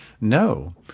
no